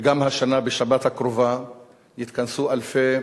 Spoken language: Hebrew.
וגם השנה, בשבת הקרובה יתכנסו אלפי